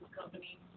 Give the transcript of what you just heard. company